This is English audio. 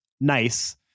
nice